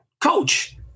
Coach